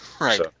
Right